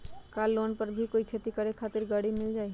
का लोन पर कोई भी खेती करें खातिर गरी मिल जाइ?